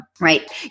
right